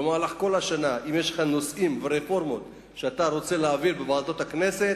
אם יש לך נושאים ורפורמות שאתה רוצה להעביר בוועדות הכנסת,